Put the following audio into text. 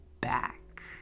back